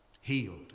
Healed